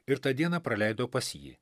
ir tą dieną praleido pas jį